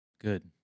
Good